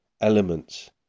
elements